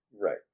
Right